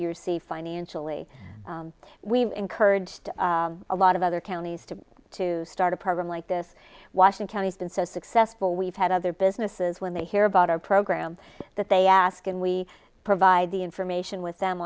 you see financially we encouraged a lot of other counties to to start a program like this washing county's been so successful we've had other businesses when they hear about our program that they ask and we provide the information with them